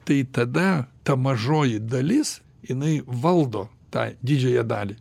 tai tada ta mažoji dalis jinai valdo tą didžiąją dalį